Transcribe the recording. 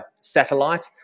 satellite